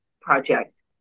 project